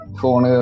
phone